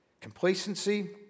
Complacency